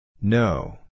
No